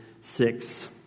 six